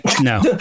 No